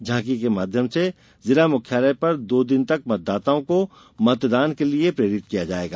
झांकी के माध्यम से जिला मुख्यालय पर दो दिन तक मतदाताओं को मतदान के लिये प्रेरित किया जाएगा